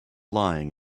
lying